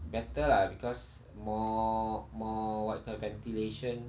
better lah because more more what you call ventilation